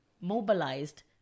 mobilized